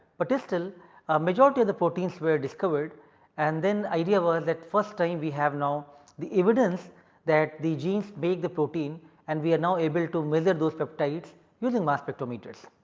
but it still majority of the proteins were discovered and then idea was that first time we have now the evidence that the genes make the protein and we are now able to measure those peptides using mass spectrometers.